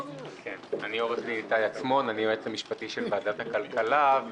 אני היועץ המשפטי של ועדת הכלכלה.